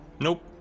Nope